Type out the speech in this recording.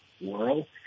world